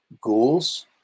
Ghouls